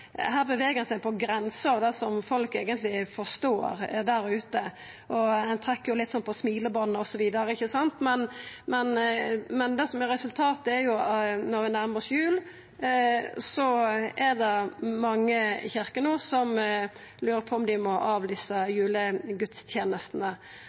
her beveger seg på grensa av kva folk der ute eigentleg forstår. Ein trekkjer litt på smilebandet osv., ikkje sant, men det som er resultatet, no som vi nærmar oss jul, er jo at mange kyrkjer lurer på om dei må avlysa